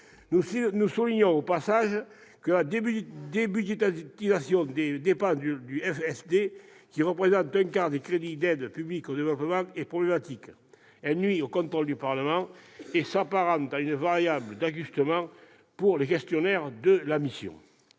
Nous soulignons, au passage, que la débudgétisation des dépenses du FSD, qui représentent un quart des crédits d'aide publique au développement, est problématique. Ce procédé nuit au contrôle du Parlement et s'apparente à une variable d'ajustement pour les gestionnaires de la mission.